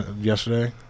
yesterday